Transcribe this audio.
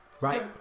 Right